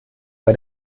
bei